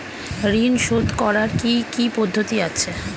ঋন শোধ করার কি কি পদ্ধতি আছে?